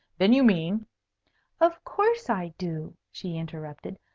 then you mean of course i do, she interrupted.